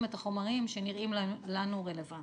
את החומרים שנראים לנו רלוונטיים.